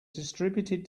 distributed